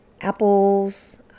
apples